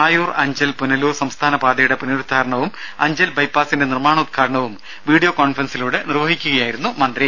ആയൂർ അഞ്ചൽ പുനലൂർ സംസ്ഥാന പാതയുടെ പുനരുദ്ധാരണവും അഞ്ചൽ ബൈപ്പാസിന്റെ നിർമാണോദ്ഘാടനവും വീഡിയോ കോൺഫറൻസിലൂടെ നിർവഹിക്കുകയായിരുന്നു അദ്ദേഹം